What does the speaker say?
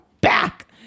back